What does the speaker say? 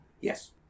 Yes